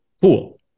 cool